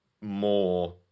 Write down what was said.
more